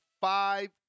five